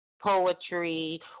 poetry